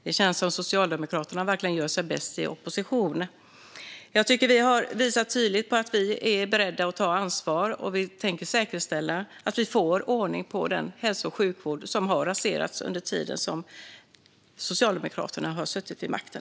Det känns som om Socialdemokraterna verkligen gör sig bäst i opposition. Jag tycker att vi tydligt har visat att vi är beredda att ta ansvar. Vi tänker säkerställa att vi får ordning på den hälso och sjukvård som har raserats under den tid som Socialdemokraterna har suttit vid makten.